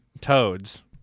toads